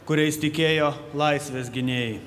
kuriais tikėjo laisvės gynėjai